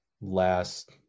last